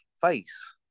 face